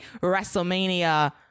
WrestleMania